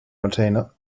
container